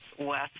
west